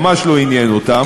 ממש לא עניין אותם,